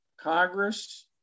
Congress